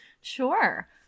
Sure